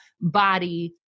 body